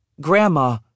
Grandma